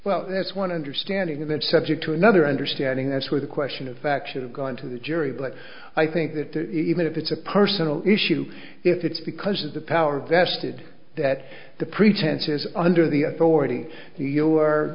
well that's one understanding of that subject to another understanding that's where the question of factual gone to the jury but i think that even if it's a personal issue if it's because of the power vested that the pretense is under the authority you are